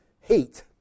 heat